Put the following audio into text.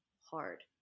hard